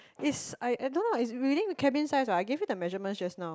it's I I don't know it's within the cabin size what I gave you the measurements just now